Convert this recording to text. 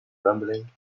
rumbling